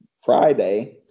friday